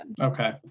Okay